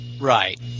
Right